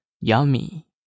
Yummy